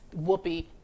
Whoopi